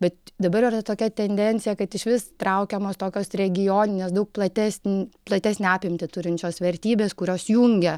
bet dabar yra tokia tendencija kad išvis traukiamos tokios regioninės daug platesnį platesnę apimtį turinčios vertybės kurios jungia